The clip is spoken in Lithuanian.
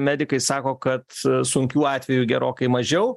medikai sako kad sunkių atvejų gerokai mažiau